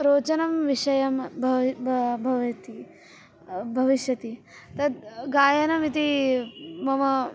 रोचनं विषयं भवति भविष्यति तद् गायनमिति मम